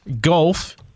golf